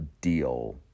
deal